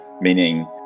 Meaning